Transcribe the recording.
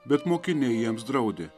bet mokiniai jiems draudė